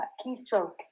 keystroke